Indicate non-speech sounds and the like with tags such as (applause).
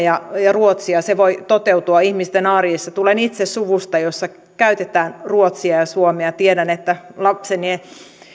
(unintelligible) ja ruotsia voi toteutua ihmisten arjessa tulen itse suvusta jossa käytetään ruotsia ja suomea ja tiedän että lapseni